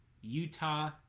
Utah